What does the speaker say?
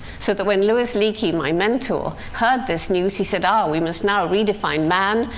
so that when louis leakey, my mentor, heard this news, he said, ah, we must now redefine man,